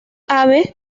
ave